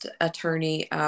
attorney